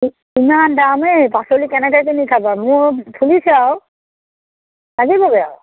ইমান দামেই পাচলি কেনেকৈ কিনি খাবা মোৰ ফুলিছে আৰু লাগিবগৈ আৰু